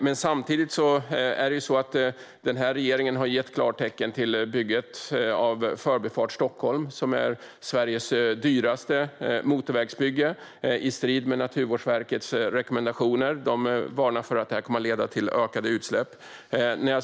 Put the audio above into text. Men samtidigt har den här regeringen, i strid med Naturvårdsverkets rekommendationer, gett klartecken till bygget av Förbifart Stockholm, som är Sveriges dyraste motorvägsbygge. Naturvårdsverket varnar för att det kommer att leda till ökade utsläpp.